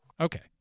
Okay